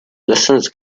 lessons